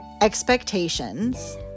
expectations